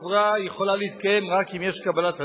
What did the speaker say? חברה יכולה להתקיים רק אם יש קבלת הדין,